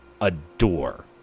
adore